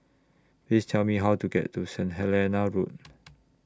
Please Tell Me How to get to Saint Helena Road